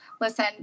listen